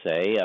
say